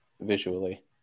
visually